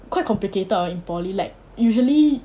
quite complicated hor in poly like usually